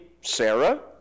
Sarah